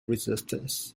resistance